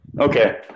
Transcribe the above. Okay